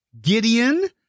Gideon